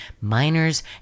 miners